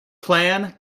klan